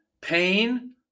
pain